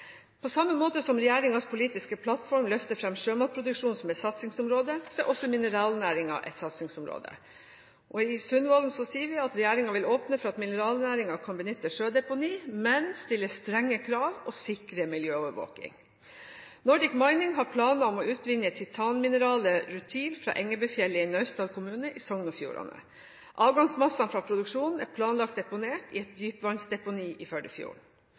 På samme måte som regjeringens politiske plattform løfter fram sjømatproduksjon som et satsingsområde, er også mineralnæringen et satsingsområde. I Sundvolden-erklæringen sier regjeringen at den vil åpne «for at mineralnæringen kan benytte sjødeponi, men stille strenge krav og sikre miljøovervåkning.» Nordic Mining har planer om å utvinne titanmineralet rutil fra Engebøfjellet i Naustdal kommune i Sogn og Fjordane. Avgangsmassene fra produksjonen er planlagt deponert i et dypvannsdeponi i Førdefjorden.